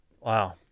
Wow